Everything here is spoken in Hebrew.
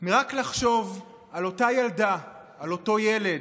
רק מלחשוב על אותה ילדה, על אותו ילד,